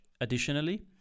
additionally